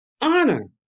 Honor